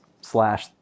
slash